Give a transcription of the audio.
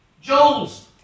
Joel's